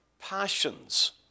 passions